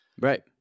Right